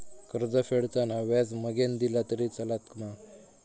कर्ज फेडताना व्याज मगेन दिला तरी चलात मा?